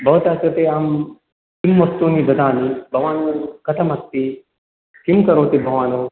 भवतः कृते अहं किं वस्तूनि ददामि भवान् कथमस्ति किं करोति भवान्